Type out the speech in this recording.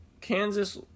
Kansas